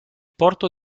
porto